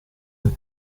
del